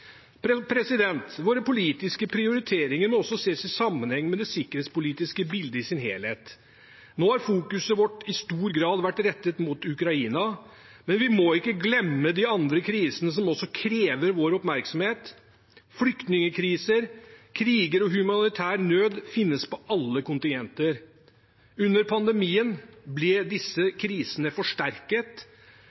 Våre politiske prioriteringer må også ses i sammenheng med det sikkerhetspolitiske bildet i sin helhet. Nå har fokuset vårt i stor grad vært rettet mot Ukraina, men vi må ikke glemme de andre krisene, som også krever vår oppmerksomhet. Flyktningkriser, kriger og humanitær nød finnes på alle kontinenter. Under pandemien ble disse krisene forsterket,